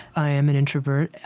i am an introvert.